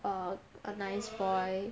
a a nice boy